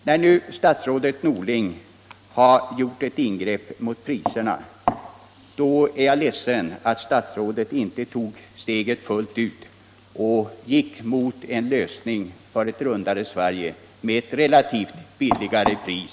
När statsrådet Norling nu har ingripit mot prishöjningarna är jag ledsen att han inte tog steget fullt ut och gick in för en lösning som innebar ett rundare Sverige med ett relativt billigare pris.